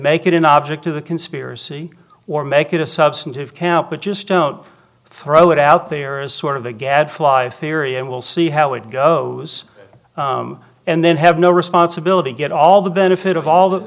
make it an object to the conspiracy or make it a substantive count but just don't throw it out there is sort of the gadfly theory and we'll see how it goes and then have no responsibility get all the benefit of all the